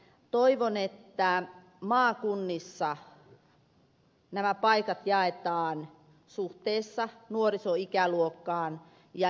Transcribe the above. toivon että maakunnissa nämä paikat jaetaan suhteessa nuorisoikäluokkaan ja ikäluokan määrään